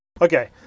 Okay